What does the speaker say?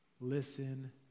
listen